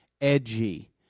edgy